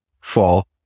fall